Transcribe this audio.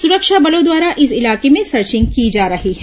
सुरक्षा बलों द्वारा इस इलाके में सर्चिंग की जा रही है